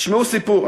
תשמעו סיפור,